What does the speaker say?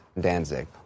Danzig